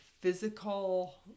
physical